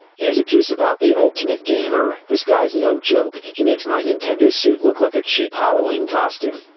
here's a piece about the ultimate gamer. this guy's no joke. he makes my nintendo suit look like a cheap halloween costume.